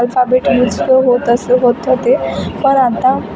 alphabet use होत असे होत होते पण आता